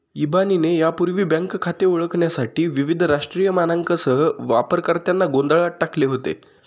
इबानीने यापूर्वी बँक खाते ओळखण्यासाठी विविध राष्ट्रीय मानकांसह वापरकर्त्यांना गोंधळात टाकले होते